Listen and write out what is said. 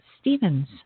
Stevens